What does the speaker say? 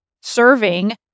serving